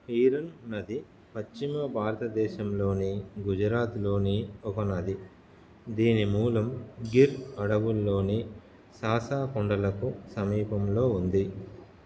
హీరాన్ నది పశ్చిమ భారతదేశంలోని గుజరాత్లోని ఒక నది దీని మూలం గిర్ అడవుల్లోని సాసా కొండలకు సమీపంలో ఉంది